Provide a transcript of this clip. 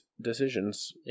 decisions